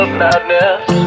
madness